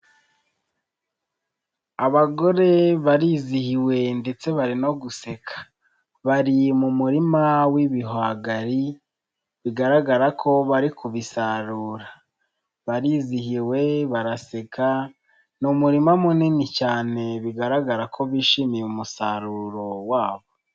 Abagore barizihiwe ndetse bari no guseka bari mu murima w'ibihwagari bigaragara ko bari kubisarura, barizihiwe, baraseka, ni umurima munini cyane bigaragara ko bishimiye umusaruro wabo.